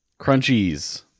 Crunchies